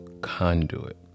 Conduit